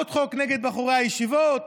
על עוד חוק נגד בחורי הישיבות.